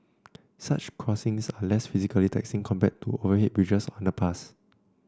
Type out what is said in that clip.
such crossings are less physically taxing compared to overhead bridges or underpasses